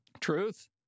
truth